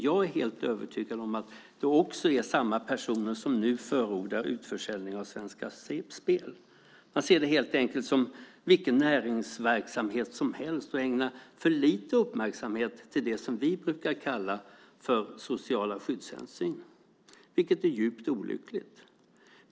Jag är helt övertygad om att det är samma personer som nu förordar en utförsäljning av Svenska Spel. Man ser det helt enkelt som vilken näringsverksamhet som helst och ägnar för lite uppmärksamhet åt det vi brukar kalla sociala skyddshänsyn, vilket är djupt olyckligt.